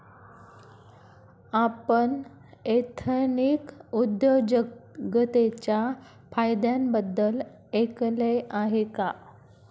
आपण एथनिक उद्योजकतेच्या फायद्यांबद्दल ऐकले आहे का?